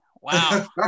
Wow